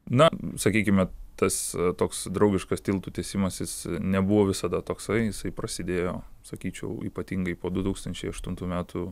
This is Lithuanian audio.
na sakykime tas toks draugiškas tiltų tiesimas jis nebuvo visada toksai jisai prasidėjo sakyčiau ypatingai po du tūkstančiai aštuntų metų